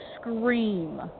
scream